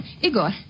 Igor